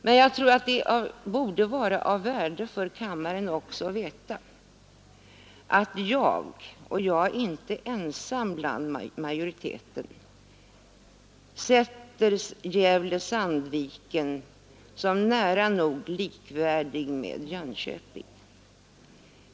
Men jag tror att det är av värde för kammaren att få veta att jag, och jag är inte ensam bland majoriteten, ser Gävle—-Sandviken som nära nog likvärdigt med Jönköping.